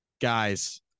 Guys